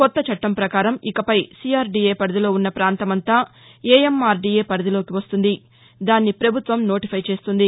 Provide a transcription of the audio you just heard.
కొత్త చట్టం ప్రకారం ఇకపై సీఆర్డీఏ పరిధిలో ఉన్న ప్రాంతమంతా ఏఎంఆర్డీఏ పరిధిలోకి వస్తుంది దాన్ని ప్రభుత్వం నోటిఫై చేస్తుంది